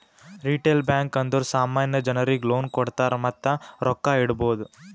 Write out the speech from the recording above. retail bank ಅಂದುರ್ ಸಾಮಾನ್ಯ ಜನರಿಗ್ ಲೋನ್ ಕೊಡ್ತಾರ್ ಮತ್ತ ರೊಕ್ಕಾ ಇಡ್ಬೋದ್